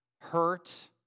hurt